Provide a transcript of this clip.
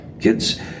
Kids